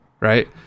right